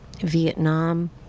Vietnam